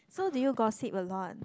so did you gossip a lot